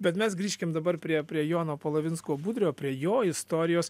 bet mes grįžkim dabar prie prie jono polovinsko budrio prie jo istorijos